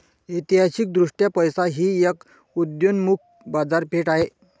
ऐतिहासिकदृष्ट्या पैसा ही एक उदयोन्मुख बाजारपेठ आहे